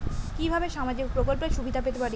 কিভাবে সামাজিক প্রকল্পের সুবিধা পেতে পারি?